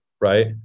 right